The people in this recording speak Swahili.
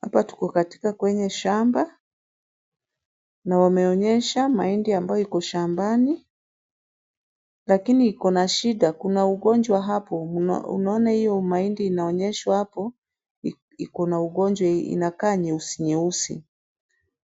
Hapa tuko katika kwenye shamba na wameonyesha mahindi ambayo iko shambani lakini iko na shida. Kuna ugonjwa hapo, unaona hiyo mahindi inaonyeshwa hapo iko na ugonjwa inakaa nyeusi nyeusi.